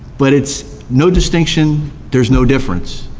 but it's no distinction, there's no difference,